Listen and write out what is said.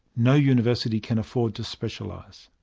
no university can afford to specialise.